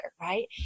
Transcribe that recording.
right